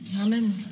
Amen